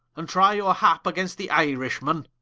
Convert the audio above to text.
and trie your hap against the irishmen?